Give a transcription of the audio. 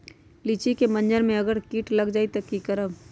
लिचि क मजर म अगर किट लग जाई त की करब?